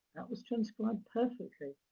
that was transcribed perfectly,